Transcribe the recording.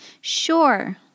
Sure